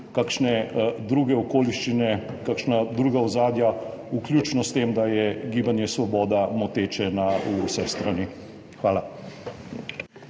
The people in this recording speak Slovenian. kakšne druge okoliščine, kakšna druga ozadja, vključno s tem, da je gibanje Svoboda moteče na vse strani? Hvala.